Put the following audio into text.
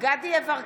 דסטה גדי יברקן,